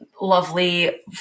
lovely